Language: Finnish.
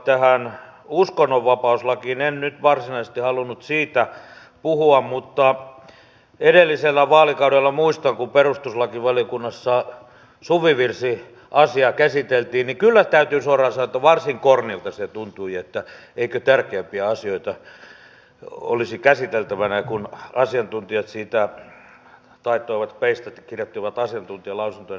en nyt varsinaisesti halunnut siitä puhua mutta edellisellä vaalikaudella muistan kun perustuslakivaliokunnassa suvivirsiasiaa käsiteltiin niin kyllä täytyy suoraan sanoa että varsin kornilta se tuntui että eikö tärkeämpiä asioita olisi käsiteltävänä kun asiantuntijat siitä taittoivat peistä ja kirjoittivat asiantuntijalausuntoja